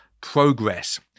progress